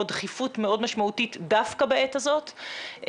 דחיפות מאוד משמעותית דווקא בעת הזאת,